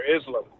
Islam